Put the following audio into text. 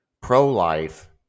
pro-life